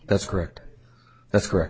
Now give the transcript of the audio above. that's correct that's correct